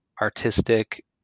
artistic